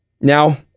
now